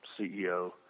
CEO